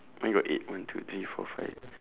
mine got eight one two three four five